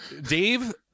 Dave